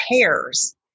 pairs